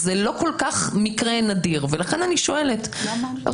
זה לא כל כך מקרה נדיר, ולכן אני שואלת אתכם.